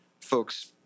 folks